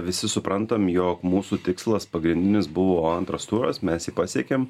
visi suprantam jog mūsų tikslas pagrindinis buvo antras turas mes jį pasiekėm